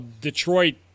Detroit